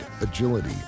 agility